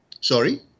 Sorry